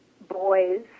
boys